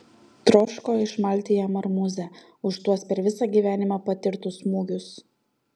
troško išmalti jam marmūzę už tuos per visą gyvenimą patirtus smūgius